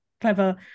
clever